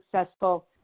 successful